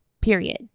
period